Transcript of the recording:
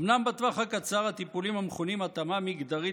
אומנם בטווח הקצר הטיפולים המכונים "התאמה מגדרית"